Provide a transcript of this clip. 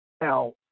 Now